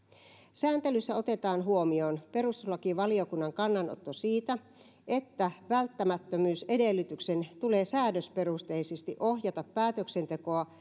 sääntelyssä otetaan huomioon perustuslakivaliokunnan kannanotto siitä että välttämättömyysedellytyksen tulee säädösperusteisesti ohjata päätöksentekoa